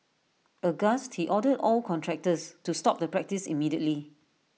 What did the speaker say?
aghast he ordered all contractors to stop the practice immediately